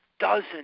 Dozen